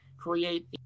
create